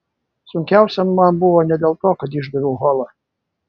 sunkiausia man buvo ne dėl to kad išdaviau holą